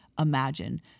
imagine